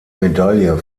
medaille